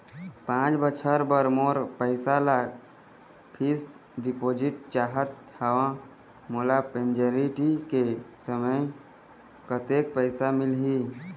पांच बछर बर मोर पैसा ला फिक्स डिपोजिट चाहत हंव, मोला मैच्योरिटी के समय कतेक पैसा मिल ही?